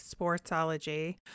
Sportsology